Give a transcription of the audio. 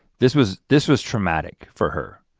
this was this was traumatic for her,